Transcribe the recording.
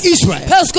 Israel